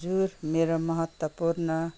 हजुर मेरो महत्त्वपूर्ण